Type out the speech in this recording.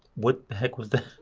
what the heck was that?